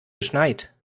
geschneit